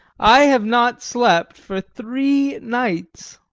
i have not slept for three nights.